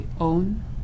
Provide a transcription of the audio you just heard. own